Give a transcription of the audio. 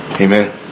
Amen